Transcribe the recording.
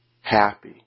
happy